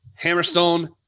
Hammerstone